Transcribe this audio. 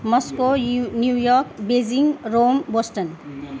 Moscow यु New York Beijing Rome Boston